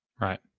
Right